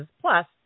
plus